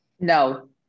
No